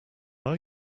are